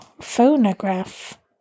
phonograph